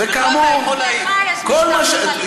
אצלך יש משטר טוטליטרי.